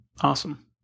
Awesome